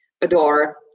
adore